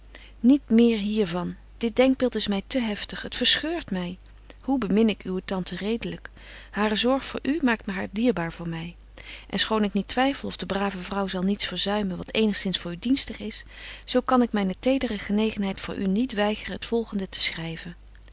niet meer hier van dit denkbeeld is my te heftig het verscheurt my hoe bemin ik uwe tante redelyk hare zorg voor u maakt haar dierbaar voor my en schoon ik niet twyffel of de brave vrouw zal niets verzuimen wat eenigzins voor u dienstig is zo kan ik myne tedere genegenheid voor u niet weigeren het volgende te schryven